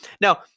Now